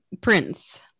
prince